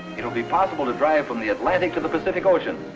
it will be possible to drive from the atlantic to the pacific ocean,